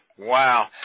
Wow